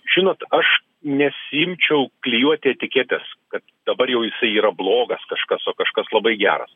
žinot aš nesiimčiau klijuoti etiketes kad dabar jau jisai yra blogas kažkas o kažkas labai geras